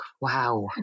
wow